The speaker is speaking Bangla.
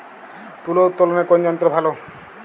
তুলা উত্তোলনে কোন যন্ত্র ভালো?